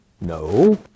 No